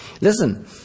Listen